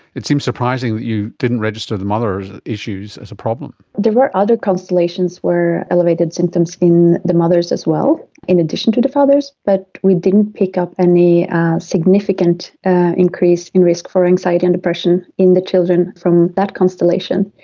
it seems surprising that you didn't register the mothers' issues as a problem. there were other constellations where elevated symptoms in the mothers as well in addition to the fathers, but we didn't pick up any significant increase in risk for anxiety and depression in the children from that constellation.